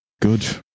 good